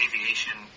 aviation